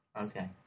Okay